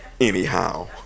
anyhow